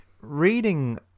reading